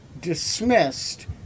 dismissed